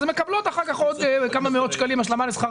אז הן מקבלות אחר כך עוד כמה מאות שקלים השלמה לשכר